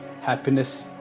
happiness